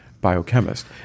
biochemist